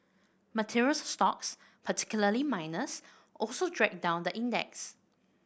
materials stocks particularly miners also dragged down the index